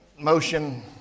motion